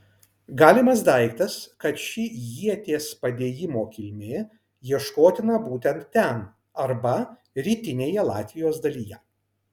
galimas daiktas kad ši ieties padėjimo kilmė ieškotina būtent ten arba rytinėje latvijos dalyje